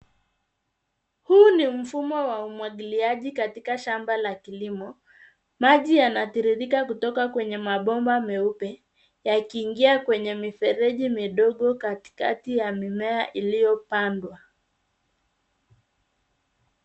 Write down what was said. Huu ni mfumo wa umwagiliaji katika shamba la kilimo. Maji yanatiririka kutoka kwenye mabomba meupe, yakiingia kwenye mifereji midogo katikati ya mimea iliyopandwa.